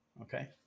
Okay